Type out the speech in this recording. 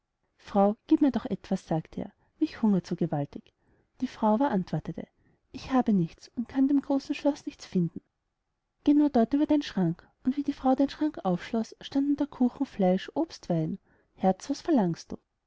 frau gieb mir doch etwas sagte er mich hungert so gewaltig die frau aber antwortete ich habe nichts und kann in dem großen schloß nichts finden geh nur dort über den schrank und wie die frau den schrank aufschloß standen da kuchen fleisch obst wein herz was verlangst du